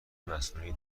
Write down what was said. مصنوعی